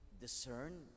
discern